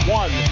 one